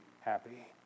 happy